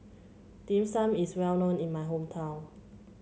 Dim Sum is well known in my hometown